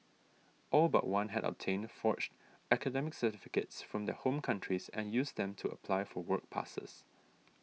all but one had obtained forged academic certificates from their home countries and used them to apply for work passes